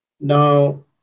Now